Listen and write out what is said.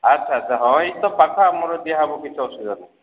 ଆଛା ଆଛା ହଁ ଏଇଟି ତ ପାଖ ଆମର ଦିଆହେବ କିଛି ଅସୁବିଧା ନାହିଁ